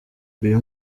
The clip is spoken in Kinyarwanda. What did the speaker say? uyu